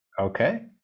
okay